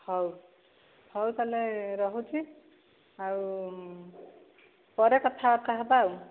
ହେଉ ହେଉ ତା'ହେଲେ ରହୁଛି ଆଉ ପରେ କଥାବାର୍ତ୍ତା ହେବା ଆଉ